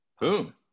Boom